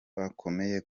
bakomeye